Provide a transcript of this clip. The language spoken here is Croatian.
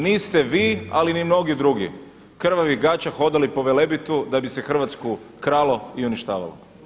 Niste vi, ali ni mnogi drugi krvavih gaća hodali po Velebitu da bi se Hrvatsku kralo i uništavalo.